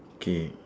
K